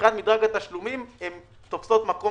מבחינת מדרג התשלומים הן תופסות מקום